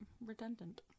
redundant